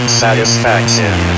satisfaction